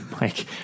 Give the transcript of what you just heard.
Mike